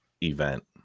event